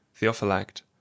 theophylact